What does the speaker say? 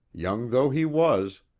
young though he was,